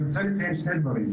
אני רוצה לציין שני דברים,